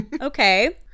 Okay